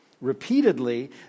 Repeatedly